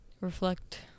reflect